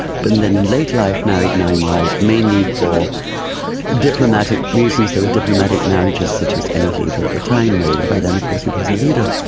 but and then in later life married nine wives, mainly for diplomatic reasons, they were diplomatic marriages such as any leader at the time made. and by then of course he was a leader.